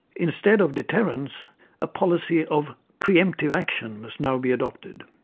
instead of deterrence a policy of pre-emptive action must now be adopted.